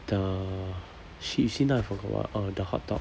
the shit you see now I forgot what oh the hotdog